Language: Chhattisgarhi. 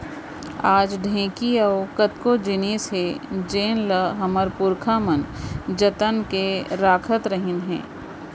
आज ढेंकी अउ कतको जिनिस हे जेन ल हमर पुरखा मन जतन के राखत रहिन हे